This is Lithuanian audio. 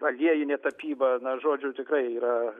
aliejinė tapyba na žodžiu tikrai yra